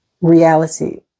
reality